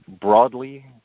broadly